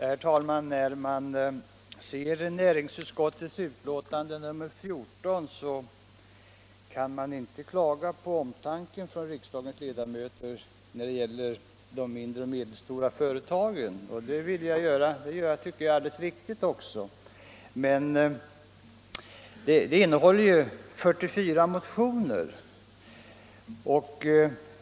Herr talman! När man läser näringsutskottets betänkande nr 14 kan man inte klaga på omtanken från riksdagens ledamöter när det gäller de mindre och medelstora företagen. Den omtanken tycker jag också är alldeles riktig. I betänkandet behandlas 44 motioner.